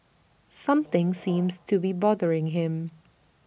something seems to be bothering him